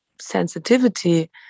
sensitivity